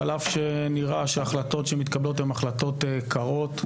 שעל אף שנראה שההחלטות שמתקבלות הן החלטות קרות,